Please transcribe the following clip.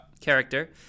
Character